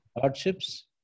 hardships